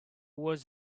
was